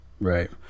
right